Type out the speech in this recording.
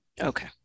Okay